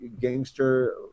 gangster